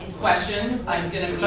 questions i'm going to